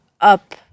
up